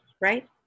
right